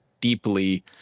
deeply